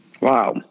Wow